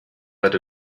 that